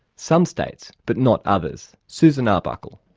some states but not others. susan arbuckle.